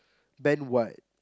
then what